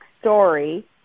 story